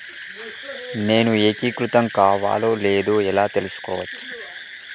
నేను ఏకీకృతం కావాలో లేదో ఎలా తెలుసుకోవచ్చు?